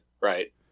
Right